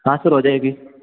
हाँ सर हो जाएगी